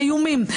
האיומים,